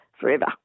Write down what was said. forever